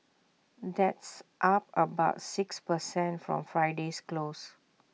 that's up about six per cent from Friday's close